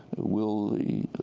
will the